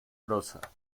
prosa